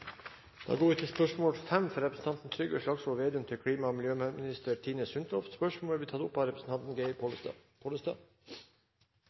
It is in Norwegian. fra representanten Trygve Slagsvold Vedum til klima- og miljøministeren, vil bli tatt opp av representanten Geir